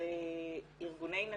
וארגוני נשים.